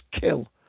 kill